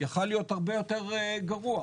יכל להיות הרבה יותר גרוע,